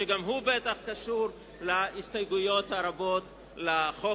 שגם הוא בטח קשור להסתייגויות הרבות לחוק